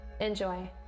Enjoy